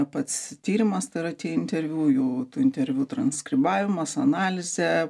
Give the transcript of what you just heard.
pats tyrimas tai yra tie interviu jų interviu transkribavimas analizė